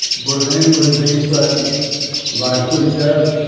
berlin was being threatened ah by khrushchev.